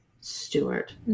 Stewart